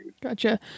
Gotcha